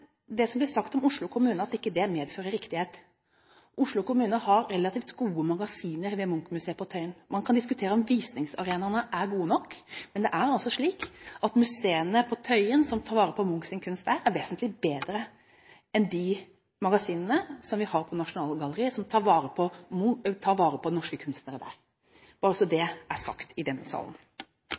det som ble sagt om Oslo kommune, ikke medfører riktighet. Oslo kommune har relativt gode magasiner ved Munch-museet på Tøyen. Man kan diskutere om visningsarenaene er gode nok, men det er altså slik at museene på Tøyen, som tar vare på Munchs kunst der, er vesentlig bedre enn de magasinene vi har på Nasjonalgalleriet, som tar vare på norske kunstnere der – bare så det er sagt i denne salen.